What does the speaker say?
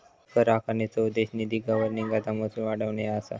कर आकारणीचो उद्देश निधी गव्हर्निंगकरता महसूल वाढवणे ह्या असा